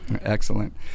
Excellent